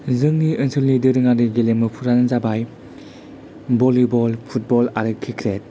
जोंनि ओनसोलनि दोरोङारि गेलेमुफोरानो जाबाय बलिबल फुटबल आरो क्रिकेट